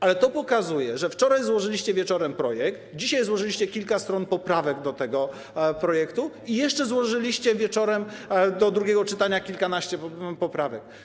Ale to pokazuje, że wczoraj złożyliście wieczorem projekt, dzisiaj złożyliście kilka stron poprawek do tego projektu i jeszcze złożyliście wieczorem do drugiego czytania kilkanaście poprawek.